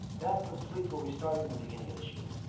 that completes what we started in the beginning of the shoe?